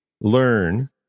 learn